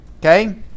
okay